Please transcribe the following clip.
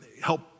help